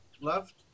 left